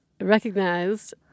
recognized